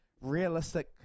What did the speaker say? realistic